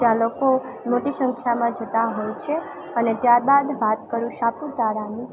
ત્યાં લોકો મોટી સંખ્યામાં જતાં હોય છે અને ત્યારબાદ વાત કરું સાપુતારાની